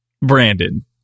Brandon